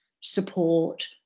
support